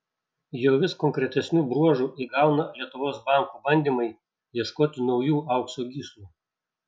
jau vis konkretesnių bruožų įgauna lietuvos bankų bandymai ieškoti naujų aukso gyslų